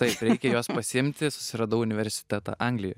taip reikia juos pasiimt susiradau universitetą anglijoj